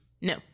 No